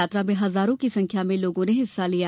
यात्रा में हजारों की संख्या में लोगों ने हिस्सा लिया